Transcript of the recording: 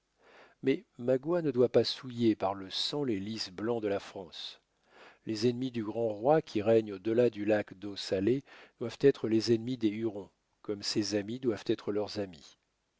mais magua ne doit pas souiller par le sang les lis blancs de la france les ennemis du grand roi qui règne au delà du lac d'eau salée doivent être les ennemis des hurons comme ses amis doivent être leurs amis